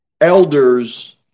Elders